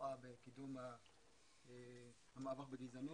רואה בקידום המאבק בגזענות.